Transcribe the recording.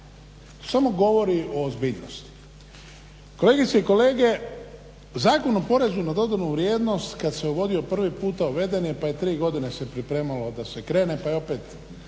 samo govori o ozbiljnosti. Kolegice i kolega zakon o porezu na dodanu vrijednost kad se uvodio prvi puta uveden je pa je tri godine se pripremalo da se krene pa je opet,